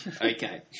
Okay